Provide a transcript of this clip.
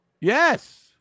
Yes